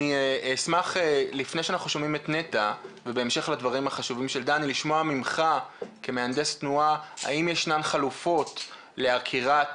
אשמח לשמוע ממך כמהנדס תנועה האם ישנן חלופות לעקירת